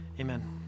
Amen